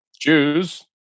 Jews